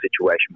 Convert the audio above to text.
situation